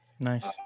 Nice